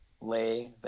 lay